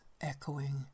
echoing